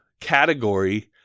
category